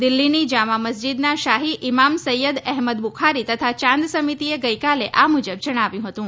દિલ્ફીની જામા મસ્જિદના શાહી ઈમામ સૈયદ એહમદ બુખારી તથા યાંદ સમિતિએ ગઈકાલે આ મુજબ જણાવ્યું હતું